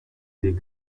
std